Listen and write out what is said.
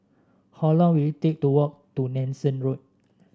how long will it take to walk to Nanson Road